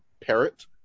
Parrot